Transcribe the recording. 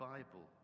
Bible